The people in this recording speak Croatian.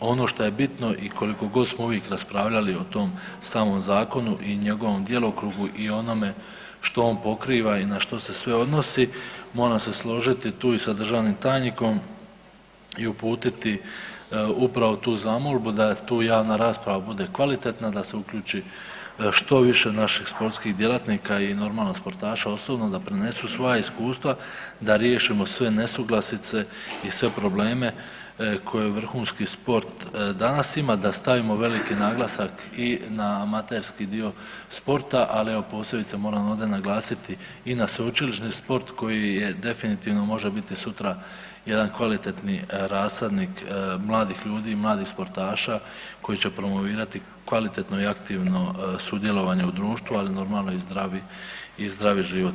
Ono što je bitno i kolikogod smo u vijek raspravljali o tom samom zakonu i o njegovom djelokrugu i o onome što on pokriva i na što se sve odnosi, moram se složiti tu i sa državnim tajnikom i uputiti upravo tu zamolbu da tu javna rasprava bude kvalitetna, da se uključi što više naših sportskih djelatnika i normalno sportaša osobno da prenesu svoja iskustva da riješimo sve nesuglasice i sve probleme koje vrhunski sport danas ima, da stavimo veliki naglasak i na amaterski dio sporta, ali evo moram ovdje posebice naglasiti i na sveučilišni sport koji definitivno može biti sutra jedan kvalitetan rasadnik mladih ljudi i mladih sportaša koji će promovirati kvalitetno i aktivno sudjelovanje u društvu, ali normalno i zdravi život.